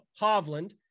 Hovland